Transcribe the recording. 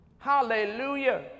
hallelujah